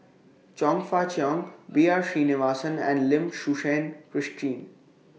Chong Fah Cheong B R Sreenivasan and Lim Suchen Christine